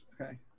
Okay